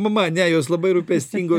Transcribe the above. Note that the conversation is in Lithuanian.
mama ne jos labai rūpestingos